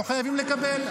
לא חייבים לקבל,